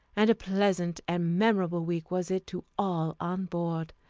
and a pleasant and memorable week was it to all on board.